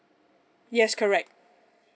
yes correct